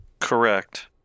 Correct